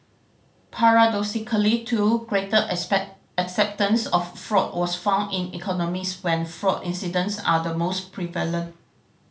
paradoxically too greater acceptance of fraud was found in economies when fraud incidents are the most prevalent